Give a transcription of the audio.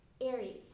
Aries